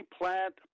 plant